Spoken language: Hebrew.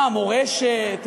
מה המורשת?